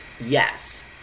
yes